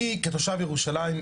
אני כתושב ירושלים,